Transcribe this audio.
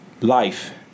life